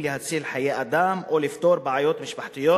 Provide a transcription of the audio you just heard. להציל חיי אדם או לפתור בעיות משפחתיות,